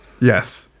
Yes